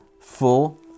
full